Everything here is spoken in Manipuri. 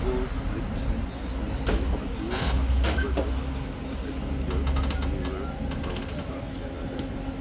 ꯀꯣꯜ ꯂꯤꯛꯁꯤꯡ ꯌꯨꯇꯦꯟꯁꯤꯜ ꯑꯗꯨ ꯑꯊꯨꯕꯗ ꯑꯩꯉꯣꯟꯗ ꯗꯤꯂꯤꯕꯔ ꯇꯧꯔꯛꯄ ꯌꯥꯒꯗ꯭ꯔꯥ